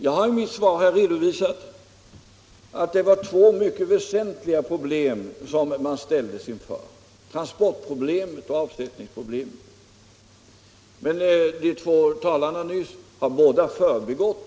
Jag har i mitt svar redovisat att det var två mycket väsentliga problem som man ställdes inför: transportproblemet och avsvavlingsproblemet. Men de båda talarna har förbigått detta.